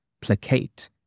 placate